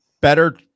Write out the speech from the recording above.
better